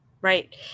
Right